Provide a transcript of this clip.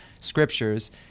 scriptures